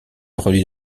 relie